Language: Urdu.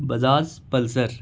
بزاز پلسر